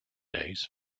days